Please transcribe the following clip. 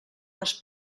les